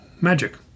magic